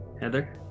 Heather